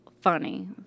funny